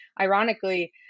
Ironically